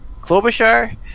Klobuchar